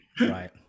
right